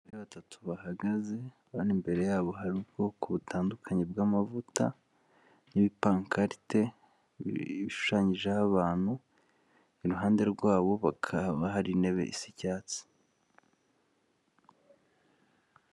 Aba batatu bahagaze bane imbere yabo hari ubwoko butandukanye bw'amavuta n'ibipankarite bishushanyijeho abantu iruhande rwabo bakaba hari intebe zicyatsi.